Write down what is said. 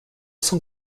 cent